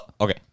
okay